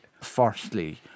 firstly